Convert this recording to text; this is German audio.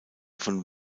von